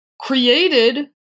created